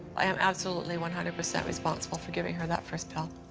i am absolutely one hundred percent responsible for giving her that first pill.